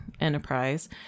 Enterprise